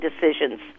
decisions